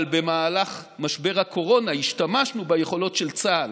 אבל במהלך משבר הקורונה השתמשנו ביכולות של צה"ל,